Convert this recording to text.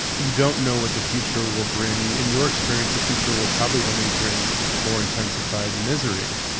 you don't know what the future will bring. in your experience, the future will probably only bring more intensified misery.